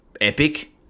epic